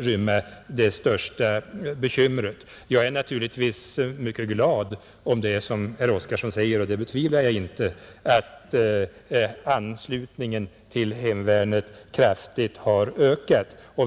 rymma det största bekymret. Jag är naturligtvis mycket glad om det är som herr Oskarson säger — och det betvivlar jag inte — att anslutningen till hemvärnet kraftigt har ökat.